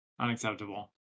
Unacceptable